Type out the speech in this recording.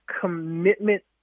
commitment